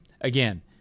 again